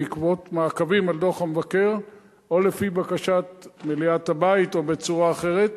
בעקבות מעקבים על דוח המבקר או לפי בקשת מליאת הבית או בצורה אחרת.